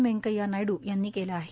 वेंकय्या नायडू यांनी केलं आहे